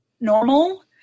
normal